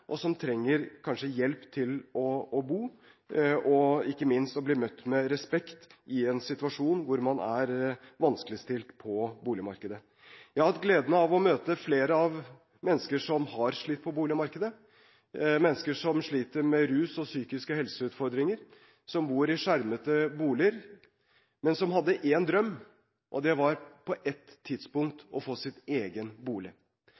som kanskje trenger hjelp til å bo – og ikke minst at de blir møtt med respekt – i en situasjon der man er vanskeligstilt på boligmarkedet. Jeg har hatt gleden av å møte flere mennesker som har slitt på boligmarkedet, mennesker som sliter med rus og psykiske helseutfordringer, som bor i skjermede boliger, men som hadde én drøm: på et tidspunkt å få sin egen bolig. Jeg har også møtt en